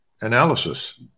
analysis